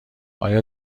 آیا